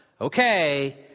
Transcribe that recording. okay